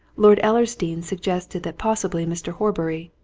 lord ellersdeane suggested that possibly mr. horbury,